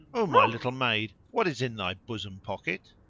o my little maid, what is in thy bosom pocket?